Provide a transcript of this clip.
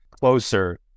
closer